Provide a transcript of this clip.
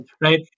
right